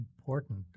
important